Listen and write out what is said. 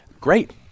great